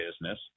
business